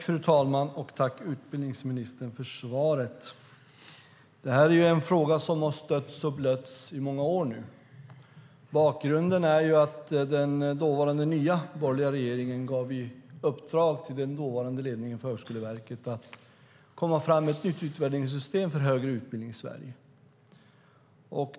Fru talman! Jag vill tacka utbildningsministern för svaret. Det här är en fråga som nu stötts och blötts i många år. Bakgrunden är att den dåvarande nya borgerliga regeringen gav den dåvarande ledningen för Högskoleverket i uppdrag att ta fram ett nytt utvärderingssystem för högre utbildning i Sverige.